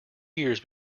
years